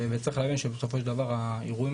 צריך להבין שבסופו של דבר האירועים